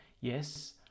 Yes